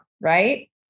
right